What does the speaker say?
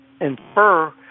infer